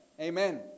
amen